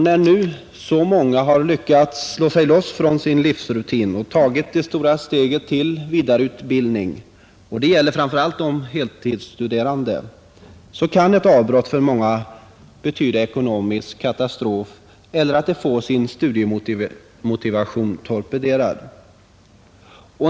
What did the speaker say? När nu så många har lyckats bryta sig ur sin livsrutin och tagit det stora steget till vidareutbildning — och det gäller framför allt de heltidsstuderande — kan ett avbrott för många betyda ekonomisk katastrof eller en torpedering av deras studiemotivation.